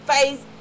face